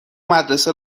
مدرسه